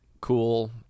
cool